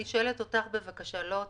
אני שואלת אותך, בבקשה, לא אותם,